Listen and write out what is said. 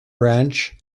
branch